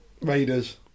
Raiders